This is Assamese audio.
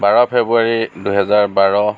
বাৰ ফেব্ৰুৱাৰী দুহেজাৰ বাৰ